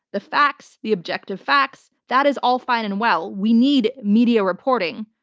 the facts, the objective facts, that is all fine and well, we need media reporting.